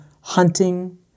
hunting